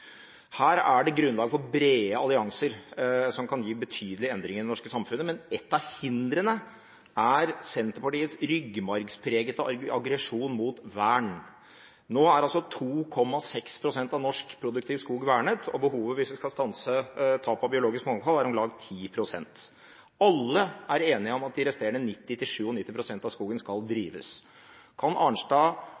Her er det grunnlag for brede allianser som kan gi betydelige endringer i det norske samfunnet, men et av hindrene er Senterpartiets ryggmargspregede aggresjon mot vern. Nå er 2,6 pst. av norsk produktiv skog vernet, og behovet hvis vi skal stanse tap av biologisk mangfold, er om lag 10 pst. Alle er enige om at de resterende 90–97 pst. av skogen skal